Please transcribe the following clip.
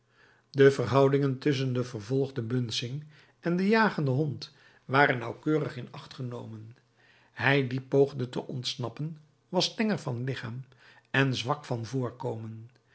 de verhoudingen tusschen den vervolgden bunsing en den jagenden hond waren nauwkeurig in acht genomen hij die poogde te ontsnappen was tenger van lichaam en zwak van voorkomen